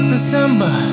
December